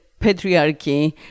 patriarchy